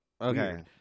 Okay